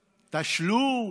תשלום?